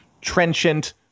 trenchant